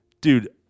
Dude